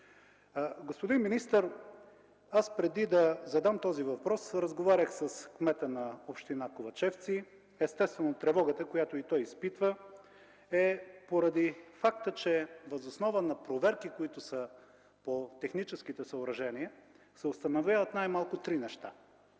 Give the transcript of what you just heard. Господин министър, преди да задам този въпрос разговарях с кмета на община Ковачевци. Естествено тревогата, която и той изпитва, е поради факта, че въз основа на проверки, които са на техническите съоръжения, се установяват най-малко три неща.